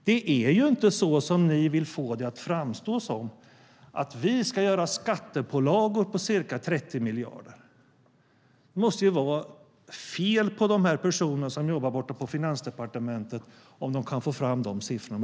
Det är inte så som ni vill få det att framstå att vi ska göra skattepålagor på ca 30 miljarder. Det måste vara fel på de personer som jobbar borta på Finansdepartementet om de kan få fram de siffrorna.